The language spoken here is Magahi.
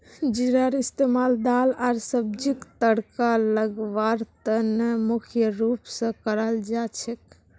जीरार इस्तमाल दाल आर सब्जीक तड़का लगव्वार त न मुख्य रूप स कराल जा छेक